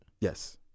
Yes